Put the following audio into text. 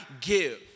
give